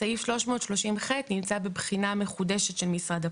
סעיף 330ח נמצא בבחינה מחודשת של משרד הפנים.